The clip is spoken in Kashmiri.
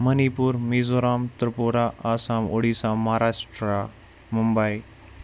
منی پوٗر میٖزورام تِرٛپوٗرا آسام اُڈیٖسا مہاراشٹرا مُمبے